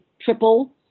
triple